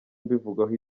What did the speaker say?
mbivugaho